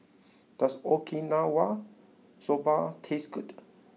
does Okinawa Soba taste good